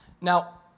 Now